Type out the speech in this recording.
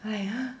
!haiya!